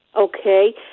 Okay